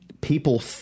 people